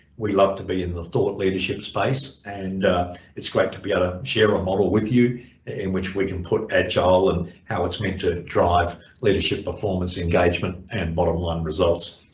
we love to be in the thought leadership space and it's great to be able ah to share a model with you in which we can put agile and how it's meant to drive leadership performance engagement and bottom line results.